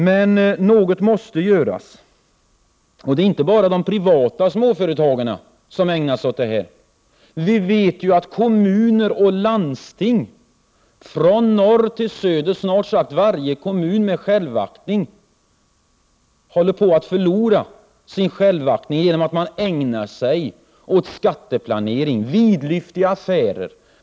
Men något måste ändå göras i detta avseende. Det är heller inte bara de privata småföretagen som ägnar sig åt sådana här saker. Även kommuner och landsting från norr till söder — ja, snart sagt varje kommun med självaktning — håller på att förlora sin självaktning genom att ägna sig åt skatteplanering och vidlyftiga affärer.